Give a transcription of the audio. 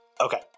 Okay